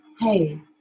hey